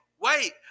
wait